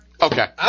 Okay